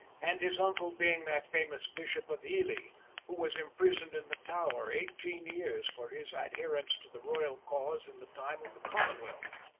and his uncle being that famous bishop of ely who was imprisoned in the tower eighteen years for his adherence to the royal cause in the time of the commonwealth.